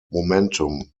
momentum